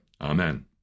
amen